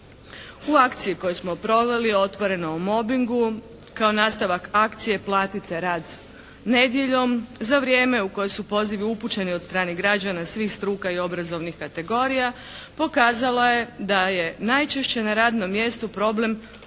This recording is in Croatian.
U akciji koju smo proveli otvoreno o mobingu kao nastavak akcije "Platite rad nedjeljom" za vrijeme u kojem su pozivi upućeni od strane građana svih struka i obrazovnih kategorija pokazala je da je najčešće na radnom mjestu problem kombinacije